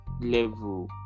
level